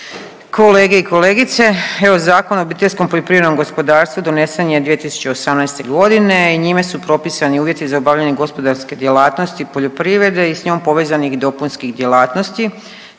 kolege i kolegice. Evo Zakon o obiteljskom poljoprivrednom gospodarstvu donesen je 2018. godine i njime su propisani uvjeti za obavljanje gospodarske djelatnosti poljoprivrede i sa njom povezanih dopunskih djelatnosti